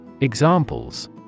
Examples